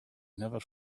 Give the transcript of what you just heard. never